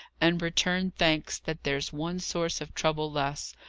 and return thanks that there's one source of trouble less.